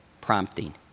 prompting